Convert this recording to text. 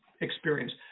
experience